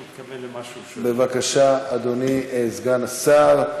בבקשה, אדוני סגן השר.